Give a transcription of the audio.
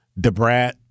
Debrat